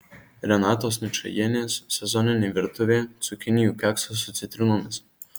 renatos ničajienės sezoninė virtuvė cukinijų keksas su citrinomis